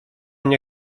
nie